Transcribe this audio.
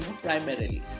primarily